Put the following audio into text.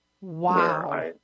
Wow